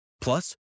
Plus